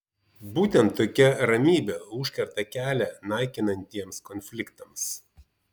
būtent tokia ramybė užkerta kelią naikinantiems konfliktams